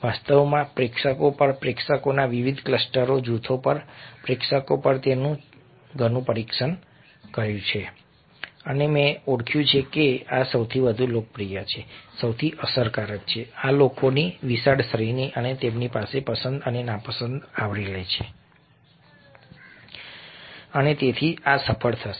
વાસ્તવમાં મેં પ્રેક્ષકો પર પ્રેક્ષકોના વિવિધ ક્લસ્ટરોના જૂથો પર પ્રેક્ષકો પર તેનું ઘણું પરીક્ષણ કર્યું છે અને મેં ઓળખ્યું છે કે આ સૌથી વધુ લોકપ્રિય છે આ સૌથી અસરકારક છે આ લોકોની વિશાળ શ્રેણી અને તેમની પસંદ અને નાપસંદને આવરી લે છે અને તેથી આ સફળ થશે